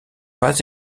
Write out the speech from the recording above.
pas